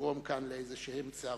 לגרום כאן איזה סערות.